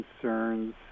concerns